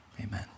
Amen